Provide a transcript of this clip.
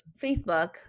Facebook